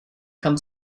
come